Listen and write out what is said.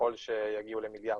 ככל שיגיעו למיליארד,